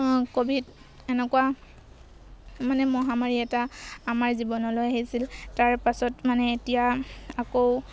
Covid এনেকুৱা মানে মহামাৰী এটা আমাৰ জীৱনলৈ আহিছিল তাৰ পাছত মানে এতিয়া আকৌ